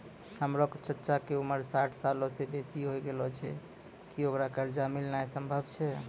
हमरो चच्चा के उमर साठ सालो से बेसी होय गेलो छै, कि ओकरा कर्जा मिलनाय सम्भव छै?